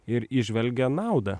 ir įžvelgia naudą